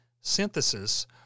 synthesis